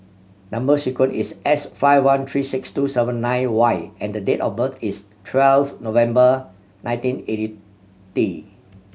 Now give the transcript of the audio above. number sequence is S five one three six two seven nine Y and the date of birth is twelfth November nineteen eighty